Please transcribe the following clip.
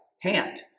hand